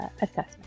assessment